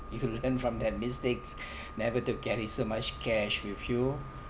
you could learn from their mistakes never to carry so much cash with you